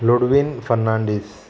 Ludwin Fernandes